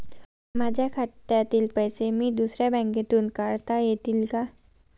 माझ्या खात्यातील पैसे मी दुसऱ्या बँकेतून काढता येतील का?